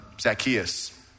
Zacchaeus